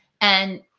And-